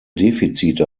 defizite